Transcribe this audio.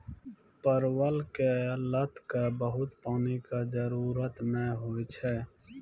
परवल के लत क बहुत पानी के जरूरत नाय होय छै